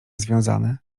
związane